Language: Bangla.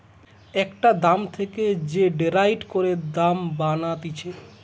একটা দাম থেকে যে ডেরাইভ করে দাম বানাতিছে